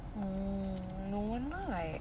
mm no wonder like